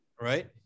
right